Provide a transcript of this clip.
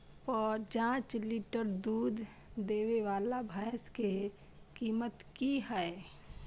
प जॉंच लीटर दूध दैय वाला भैंस के कीमत की हय?